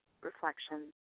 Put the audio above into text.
reflection